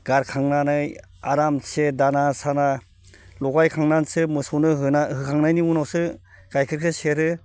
गारखांनानै आरामसे दाना साना लगायखांनासो मोसौनो होना होखांनायनि उनावसो गायखेरखो सेरो